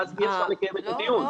ואז אי אפשר לקיים את הדיון.